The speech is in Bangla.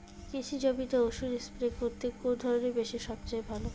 কৃষি জমিতে ওষুধ স্প্রে করতে কোন ধরণের মেশিন সবচেয়ে ভালো?